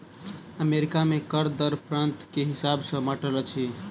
America में कर दर प्रान्त के हिसाब सॅ बाँटल अछि